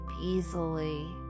easily